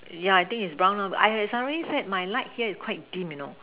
yeah I think is brown lor but I sorry said my light here is quite dim you know